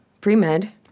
Pre-med